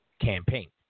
campaign